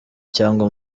cyangwa